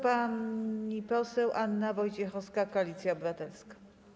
Pani poseł Anna Wojciechowska, Koalicja Obywatelska.